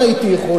למה לא?